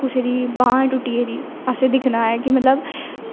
कुसै दी बांह् टुट्टी गेदी ऐ असें दिक्खना ऐ कि मतलब